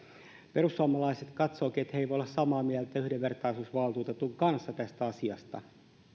perussuomalaiset katsovatkin etteivät voi olla samaa mieltä yhdenvertaisuusvaltuutetun kanssa tästä asiasta